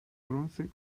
bronce